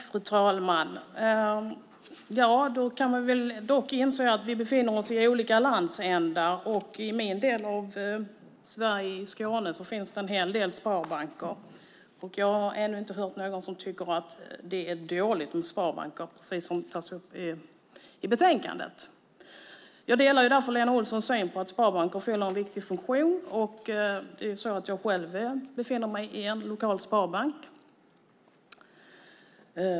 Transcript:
Fru talman! Vi får inse att vi befinner oss i olika landsändar. I min del av Sverige, i Skåne, finns det en hel del sparbanker. Jag har ännu inte hört någon som tycker att det är dåligt med sparbanker, precis som det tas upp i betänkandet. Jag delar därför Lena Olssons syn att sparbanker fyller en viktig funktion. Det är ju så att jag själv vänder mig till en lokal sparbank.